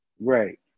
Right